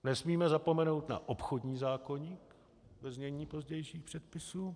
Nesmíme zapomenout na obchodní zákoník, ve znění pozdějších předpisů.